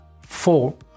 four